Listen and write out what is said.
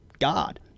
God